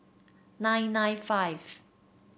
nine nine five